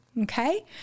Okay